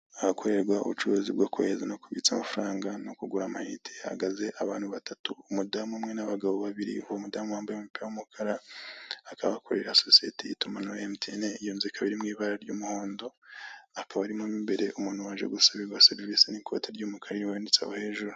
Ahakorerwa ubucuruzi bwo kohereza no kubitsa amafaranga no kugura amayinite hahagaze abantu batatu umudamu umwe n'abagabo babiri uwo mudamu wambaye umupira w'umukara hakaba hakorera sosiyete y'itumanaho emutiyeni iyo nzu ikaba iri mu ibara ry'umuhondo hakaba harimo mu imbere umuntu waje guseriva serivise n'ikote ry'umukara rimanitse aho haejuru.